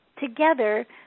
together